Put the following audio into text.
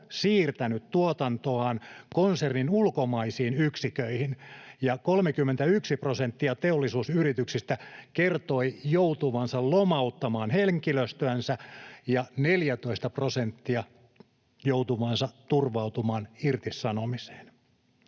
siirtänyt tuotantoaan konsernin ulkomaisiin yksikköihin, ja 31 prosenttia teollisuusyrityksistä kertoi joutuvansa lomauttamaan henkilöstöänsä ja 14 prosenttia joutuvansa turvautumaan irtisanomiseen.